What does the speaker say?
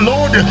Lord